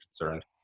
concerned